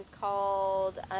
called